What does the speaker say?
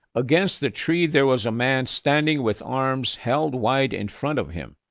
against the tree there was a man standing with arms held wide in front of him.